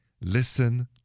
listen